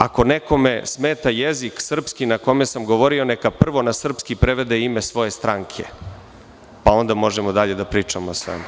Ako nekome smeta srpski jezik na kome sam govorio, neka prvo na srpski prevede ime svoje stranke, pa onda možemo dalje da pričamo o svemu.